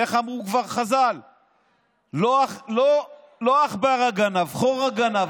איך אמרו כבר חז"ל, לא עכברא גנב, חורא גנב.